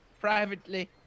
privately